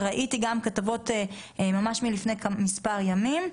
וראיתי גם כתבות מלפני מספר ימים,